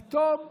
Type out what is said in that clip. פתאום,